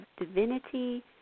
divinity